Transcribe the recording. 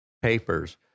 papers